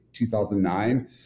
2009